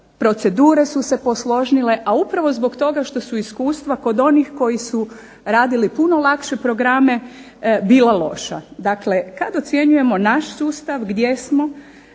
procedure su se posložnile. A upravo zbog toga što su iskustva kod onih koji su radili puno lakše programe bila loša. Dakle, kada ocjenjujemo sustav gdje smo,